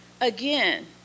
Again